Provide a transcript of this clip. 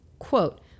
Quote